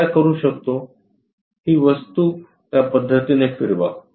आपण काय करू शकतो ही वस्तू त्या पद्धतीने फिरवा